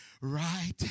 right